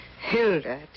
Hilda